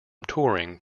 touring